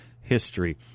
history